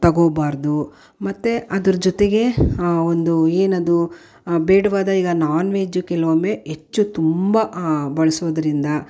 ತಗೊಬಾರದು ಮತ್ತು ಅದರ ಜೊತೆಗೆ ಒಂದು ಏನದು ಬೇಡವಾದ ಈಗ ನಾನ್ವೆಜ್ಜು ಕೆಲವೊಮ್ಮೆ ಹೆಚ್ಚು ತುಂಬ ಬಳಸೋದರಿಂದ